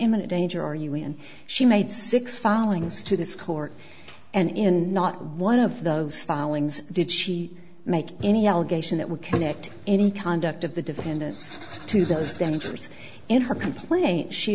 imminent danger are you when she made six fallings to this court and in not one of those filings did she make any allegation that would connect any conduct of the defendants to those vendors in her complaint she